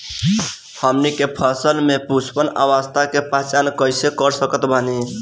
हमनी के फसल में पुष्पन अवस्था के पहचान कइसे कर सकत बानी?